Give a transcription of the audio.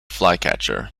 flycatcher